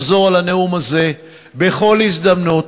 אחזור על הנאום הזה בכל הזדמנות,